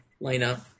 lineup